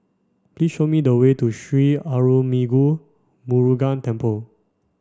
please show me the way to Sri Arulmigu Murugan Temple